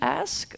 ask